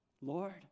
Lord